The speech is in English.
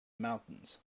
mountains